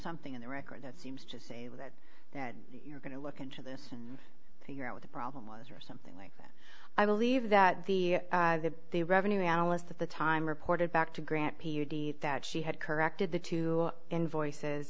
something in the record that seems to say that that you're going to look into this and figure out what the problem was or something like that i believe that the the the revenue analysts at the time reported back to grant that she had corrected the two invoices